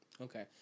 Okay